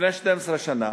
לפני 12 שנה